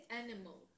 animal